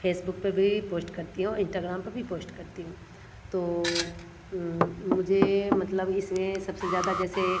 Facebook पर भी post करती हूँ इंस्टाग्राम पर भी पोस्ट करती हूँ तो मुझे मतलब इसमें सबसे ज़्यादा जैसे